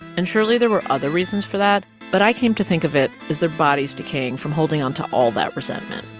and surely, there were other reasons for that. but i came to think of it as their bodies decaying from holding onto all that resentment.